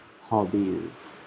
hobbies